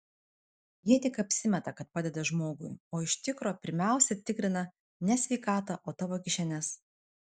jie tik apsimeta kad padeda žmogui o iš tikro pirmiausia tikrina ne sveikatą o tavo kišenes